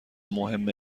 مهم